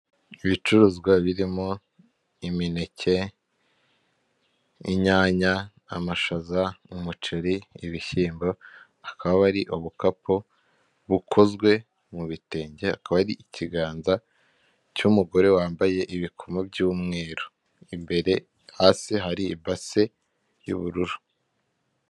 Ibicuruzwa birimo imineke, inyanya, amashaza, umuceri, ibishyimbo akaba ari ubukapu bukozwe mu bi bitenge akaba ari ikiganza cy'umugore wambaye ibikomo by'umweru imbere hasi hari base y'ubururu.